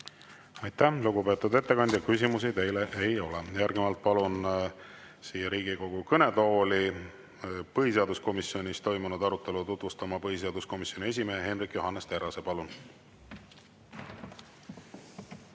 Aitäh, lugupeetud ettekandja! Küsimusi teile ei ole. Järgnevalt palun siia Riigikogu kõnetooli põhiseaduskomisjonis toimunud arutelu tutvustama põhiseaduskomisjoni esimehe Hendrik Johannes Terrase. Palun!